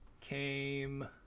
came